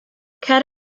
cer